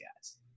guys